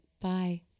Bye